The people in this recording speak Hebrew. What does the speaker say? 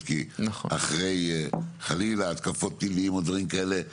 כי אחרי חלילה התקפות טילים או דברים כאלה,